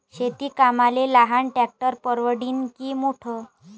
शेती कामाले लहान ट्रॅक्टर परवडीनं की मोठं?